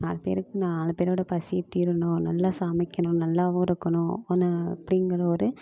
நாலுப்பேருக்கு நாலு பேரோடு பசியை தீரணும் நல்லா சமைக்கணும் நல்லாவும் இருக்கணும் ஆனால் அப்படிங்கற ஒரு